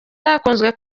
yakunze